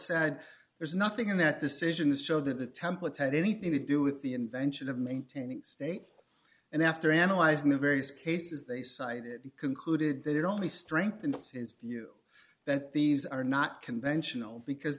said there's nothing in that decision to show that the template had anything to do with the invention of maintaining state and after analyzing the various cases they cite it concluded that it only strengthened his view that these are not conventional because